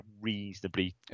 reasonably